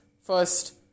first